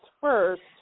first